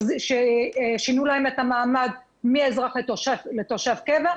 ששינו להם את המעמד מאזרח לתושב קבע.